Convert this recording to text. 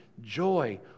joy